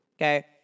Okay